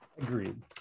Agreed